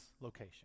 location